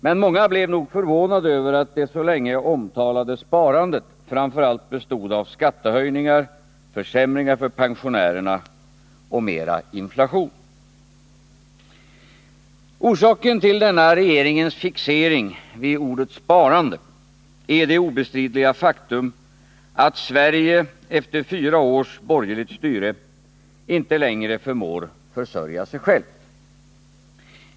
Men många blev nog förvånade över att det så länge omtalade sparandet framför allt bestod av skattehöjningar, försämringar för pensionärerna — och mera inflation. Orsaken till denna regeringens fixering vid ordet sparande är det obestridliga faktum att Sverige efter fyra års borgerligt styre inte längre förmår försörja sig självt.